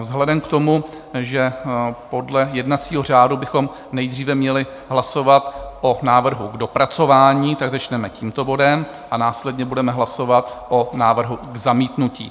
Vzhledem k tomu, že podle jednacího řádu bychom nejdříve měli hlasovat o návrhu k dopracování, začneme tímto bodem, a následně budeme hlasovat o návrhu k zamítnutí.